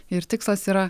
ir tikslas yra